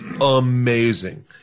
amazing